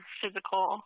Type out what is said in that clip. physical